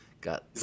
got